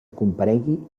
comparegui